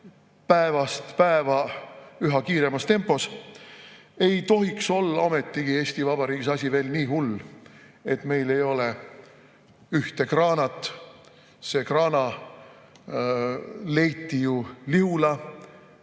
päevast päeva üha kiiremas tempos –, ei tohiks olla ometigi Eesti Vabariigis asi veel nii hull, et me ei leiaks ühte kraanat – see kraana leiti ju Lihula